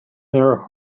their